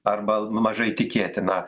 arba mažai tikėtina